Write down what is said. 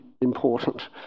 important